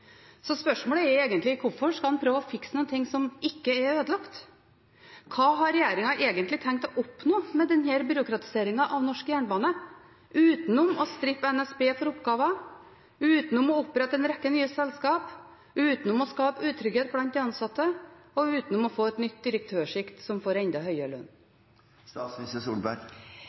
Så spørsmålet er egentlig: Hvorfor skal man prøve å fikse noe som ikke er ødelagt? Hva har regjeringen egentlig tenkt å oppnå med denne byråkratiseringen av norsk jernbane, utenom å strippe NSB for oppgaver, utenom å opprette en rekke nye selskap, utenom å skape utrygghet blant de ansatte og utenom å få et nytt direktørsjikt som får enda høyere lønn?